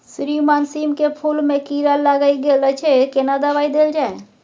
श्रीमान सीम के फूल में कीरा लाईग गेल अछि केना दवाई देल जाय?